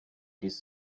these